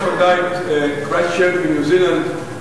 רעידת האדמה שפקדה את כרייסטצ'רץ' בניו-זילנד,